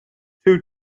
two